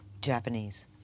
Japanese